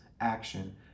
action